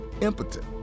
impotent